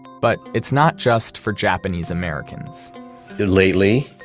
but it's not just for japanese americans here lately,